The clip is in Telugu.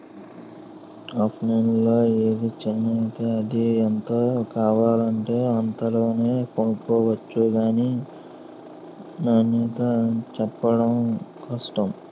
ఆన్లైన్లో ఏది నచ్చితే అది, ఎంతలో కావాలంటే అంతలోనే కొనుక్కొవచ్చు గానీ నాణ్యతే చెప్పడం కష్టం